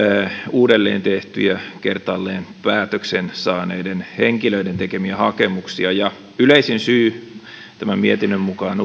uudelleen tehtyjä kertaalleen päätöksen saaneiden henkilöiden tekemiä hakemuksia yleisin syy uuteen hakemukseen tämän mietinnön mukaan